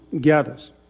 gathers